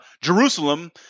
Jerusalem